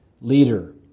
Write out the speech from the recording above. leader